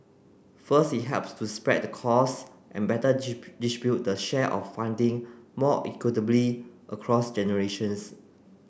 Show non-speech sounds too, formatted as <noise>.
first it helps to spread the costs and better <unintelligible> distribute the share of funding more equitably across generations